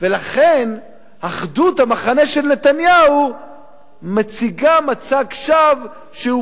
ולכן אחדות המחנה של נתניהו מציגה מצג שווא,